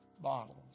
bottles